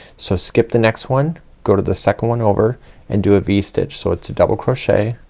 so skip the next one go to the second one over and do a v-stitch. so it's a double crochet,